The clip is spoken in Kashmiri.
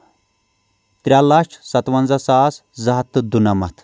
ترٛےٚ لچھ سَتوَنٛزہ ساس زٕ ہَتھ تہٕ دُنَمَتھ